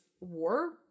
War